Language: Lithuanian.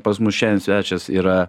pas mus šiandien svečias yra